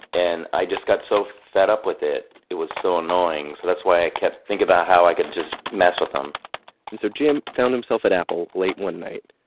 and i just got so fed up with it, it was so annoying. so, that's why i kept thinkng about how i could just mess with them and so jim found himself at apple late at night,